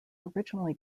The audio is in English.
originally